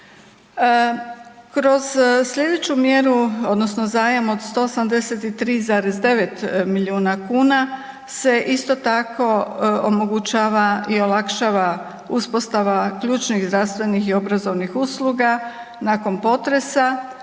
Kroz sljedeću mjeru odnosno zajam od 183,9 milijuna kuna se isto tako omogućava i olakšava uspostava ključnih zdravstvenih i obrazovnih usluga nakon potresa,